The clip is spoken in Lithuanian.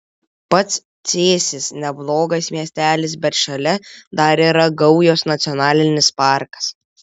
pats cėsis neblogas miestelis bet šalia dar yra gaujos nacionalinis parkas